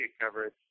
coverage